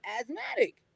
asthmatic